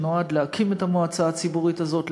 שנועד להקים את המועצה הציבורית הזאת,